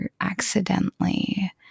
accidentally